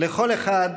לכל אחד,